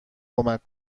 کمک